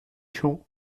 champ